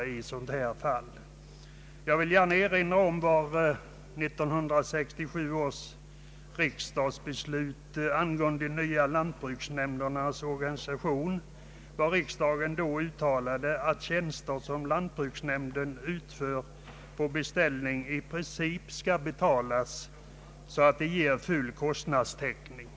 Jag vill sedan gärna erinra om vad riksdagen uttalade i samband med 1967 års beslut angående lantbruksnämndernas nya organisation, nämligen att tjänster som lantbruksnämnden utför på beställning i princip skall betalas av beställaren så att man får till stånd full kostnadstäckning.